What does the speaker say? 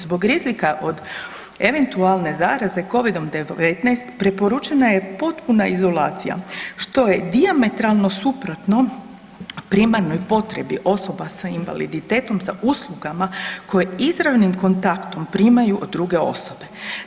Zbog rizika od eventualne zaraze Covidom-19 preporučena je potpuna izolacija što je dijametralno suprotno primarnoj potrebi osoba sa invaliditetom za uslugama koje izravnim kontaktom primaju od druge osobe.